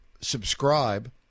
subscribe